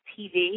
TV